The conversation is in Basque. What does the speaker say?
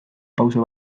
pauso